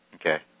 Okay